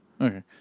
Okay